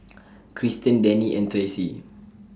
Krysten Denny and Tracy